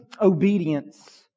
Obedience